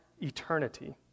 eternity